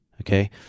Okay